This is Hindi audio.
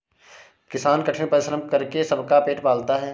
किसान कठिन परिश्रम करके सबका पेट पालता है